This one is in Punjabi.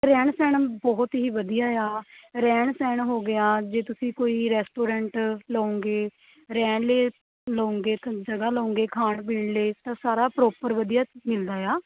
ਰਹਿਣ ਸਹਿਣ ਬਹੁਤ ਹੀ ਵਧੀਆ ਹੈ ਰਹਿਣ ਸਹਿਣ ਹੋ ਗਿਆ ਜੇ ਤੁਸੀਂ ਕੋਈ ਰੈਸਟੋਰੈਂਟ ਲਵੋਗੇ ਰਹਿਣ ਲਈ ਲਵੋਗੇ ਜਗ੍ਹਾ ਲਵੋਗੇ ਖਾਣ ਪੀਣ ਲਈ ਤਾਂ ਸਾਰਾ ਪਰੋਪਰ ਵਧੀਆ ਮਿਲਦਾ ਹੈ